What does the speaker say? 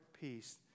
peace